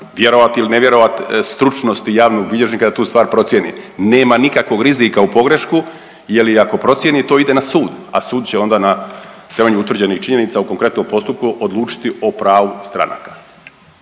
vjerovati ili ne vjerovat stručnosti javnog bilježnika da tu stvar procijeni, nema nikakvog rizika u pogrešku jel i ako procijeni to ide na sud, a sud će onda na temelju utvrđenih činjenica u konkretnom postupku odlučiti o pravu stranaka.